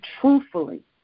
truthfully